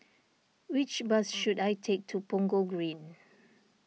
which bus should I take to Punggol Green